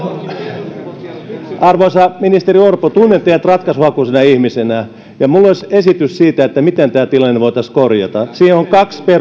kolmikantaisen valmistelun arvoisa ministeri orpo tunnen teidät ratkaisuhakuisena ihmisenä ja minulla olisi esitys siitä miten tämä tilanne voitaisiin korjata esityksessä on kaksi